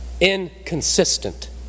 Inconsistent